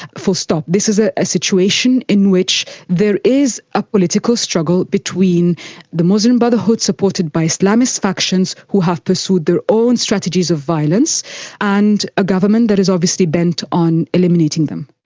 full stop. this is ah a situation in which there it is a political struggle between the muslim brotherhood supported by islamist factions who have pursued their own strategies of violence and a government that is obviously bent on eliminating them.